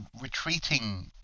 retreating